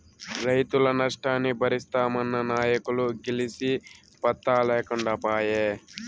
రైతుల నష్టాన్ని బరిస్తామన్న నాయకులు గెలిసి పత్తా లేకుండా పాయే